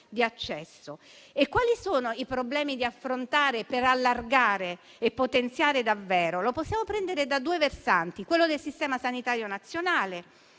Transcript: di accesso. E quali sono i problemi da affrontare per allargare e potenziare davvero? Li possiamo prendere da due versanti: quello del Sistema sanitario nazionale